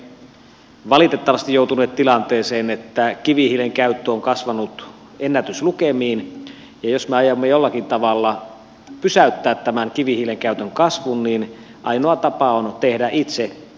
olemme valitettavasti joutuneet tilanteeseen että kivihiilen käyttö on kasvanut ennätyslukemiin ja jos me aiomme jollakin tavalla pysäyttää tämän kivihiilen käytön kasvun niin ainoa tapa on tehdä toimenpiteitä itse